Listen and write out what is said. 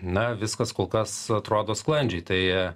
na viskas kol kas atrodo sklandžiai tai